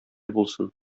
булсын